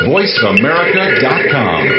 VoiceAmerica.com